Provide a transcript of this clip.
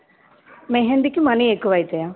మెహందికి money ఎక్కువ అవుతాయా